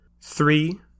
three